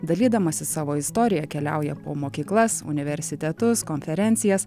dalydamasis savo istorija keliauja po mokyklas universitetus konferencijas